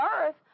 earth